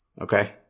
Okay